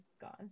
gone